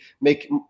make